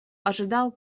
ожидал